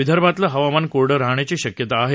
विदर्भातलं हवामान कोरडं राहण्याची शक्यता आहे